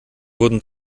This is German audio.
wurden